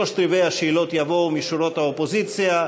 שלושת-רבעי השאלות יבואו משורות האופוזיציה,